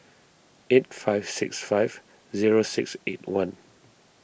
eight five six five zero six eight one